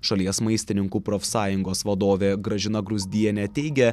šalies maistininkų profsąjungos vadovė gražina gruzdienė teigia